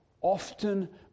Often